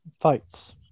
fights